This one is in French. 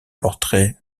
portrait